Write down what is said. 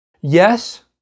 Yes